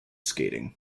skating